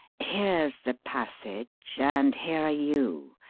here's the passage and here are you,